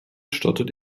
stottert